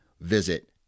visit